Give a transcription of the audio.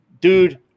Dude